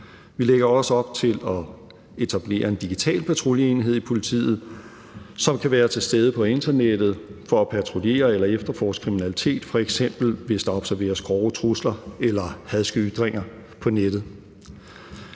Vi lægger også op til at etablere en digital patruljeenhed i politiet, som kan være til stede på internettet for at patruljere eller efterforske kriminalitet, f.eks. hvis der observeres grove trusler eller hadske ytringer på nettet.